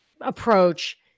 approach